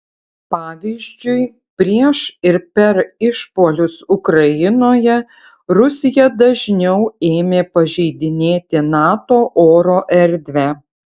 pavyzdžiui prieš ir per išpuolius ukrainoje rusija dažniau ėmė pažeidinėti nato oro erdvę